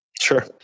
Sure